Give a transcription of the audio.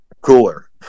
cooler